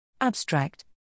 Abstract